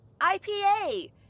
IPA